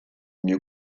mieux